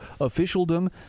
officialdom